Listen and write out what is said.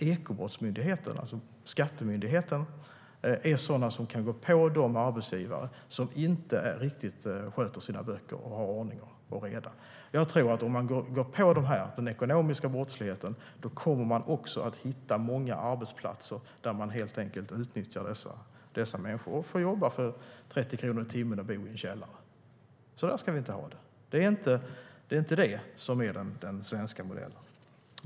Ekobrottsmyndigheten och Skatteverket kan gå på de arbetsgivare som inte sköter sina böcker och inte har ordning och reda. Om man tar itu med den ekonomiska brottsligheten kommer man också att hitta många arbetsplatser där dessa människor utnyttjas och får jobba för 30 kronor i timmen och bo i en källare. Så ska vi inte ha det. Det är inte det som är den svenska modellen.